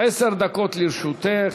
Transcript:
עשר דקות לרשותך.